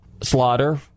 Slaughter